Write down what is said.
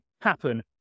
happen